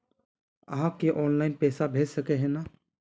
आहाँ के ऑनलाइन पैसा भेज सके है नय?